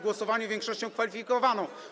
Głosowanie większością kwalifikowaną.